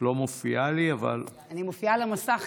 לא מופיעה לי, אבל, אני מופיעה גם על המסך.